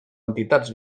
entitats